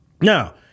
Now